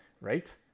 right